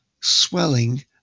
swelling